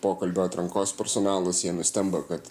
pokalbio atrankos personalas jie nustemba kad